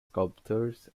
sculptures